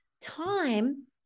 time